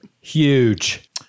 Huge